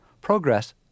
Progress